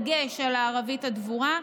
בדגש על הערבית הדבורה,